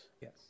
Yes